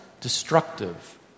destructive